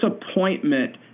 disappointment